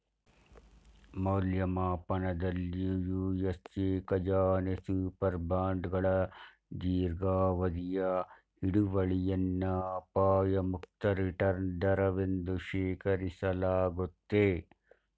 ಮೌಲ್ಯಮಾಪನದಲ್ಲಿ ಯು.ಎಸ್.ಎ ಖಜಾನೆ ಸೂಪರ್ ಬಾಂಡ್ಗಳ ದೀರ್ಘಾವಧಿಯ ಹಿಡುವಳಿಯನ್ನ ಅಪಾಯ ಮುಕ್ತ ರಿಟರ್ನ್ ದರವೆಂದು ಶೇಖರಿಸಲಾಗುತ್ತೆ